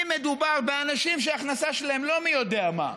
אם מדובר באנשים שההכנסה שלהם לא מי יודע מה,